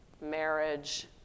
marriage